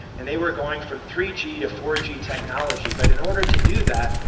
and they were going from three g to four g technology. but in order to do that,